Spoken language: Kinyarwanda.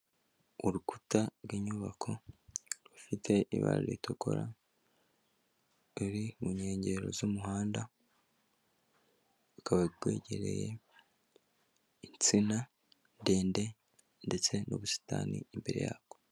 Urukuta rw'inyubako rufite ibara ritukura ruri mu nkengero z'umuhanda rukaba rwegereye insina ndende ndetse n'ubusitani imbere yarwo.